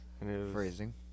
Phrasing